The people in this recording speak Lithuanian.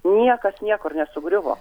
niekas niekur nesugriuvo